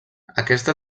aquesta